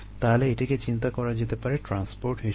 তাহলে এটিকে চিন্তা করা যেতে পারে ট্রান্সপোর্ট হিসেবে